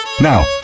Now